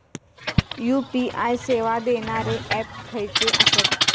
UPI सेवा देणारे app खयचे आसत?